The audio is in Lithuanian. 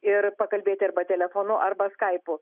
ir pakalbėti arba telefonu arba skaipu